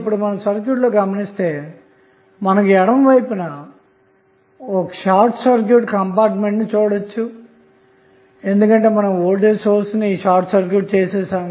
ఇప్పుడు మీరు సర్క్యూట్ లో గమనిస్తే ఎడమ వైపు న షార్ట్ సర్క్యూట్ విభాగాన్ని చూడచ్చు ఎందుకంటే మనం వోల్టేజ్ సోర్స్ ని షార్ట్ సర్క్యూట్ చేసాము